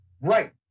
Right